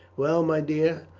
well, my dear,